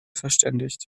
verständigt